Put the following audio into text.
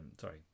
sorry